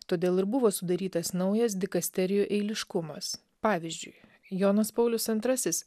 todėl ir buvo sudarytas naujas dikasterijų eiliškumas pavyzdžiui jonas paulius antrasis